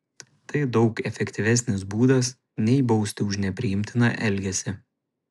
tai daug efektyvesnis būdas nei bausti už nepriimtiną elgesį